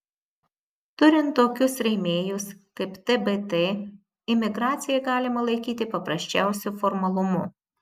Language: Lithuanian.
turint tokius rėmėjus kaip tbt imigraciją galima laikyti paprasčiausiu formalumu